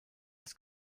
des